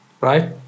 right